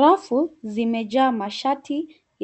Rafu zimejaa mashati